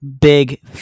big